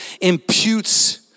imputes